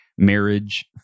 marriage